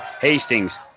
Hastings